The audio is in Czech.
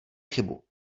chybu